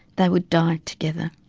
they would die together.